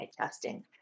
testing